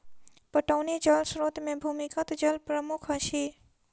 पटौनी जल स्रोत मे भूमिगत जल प्रमुख अछि